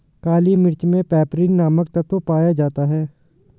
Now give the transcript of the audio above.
काली मिर्च मे पैपरीन नामक तत्व पाया जाता है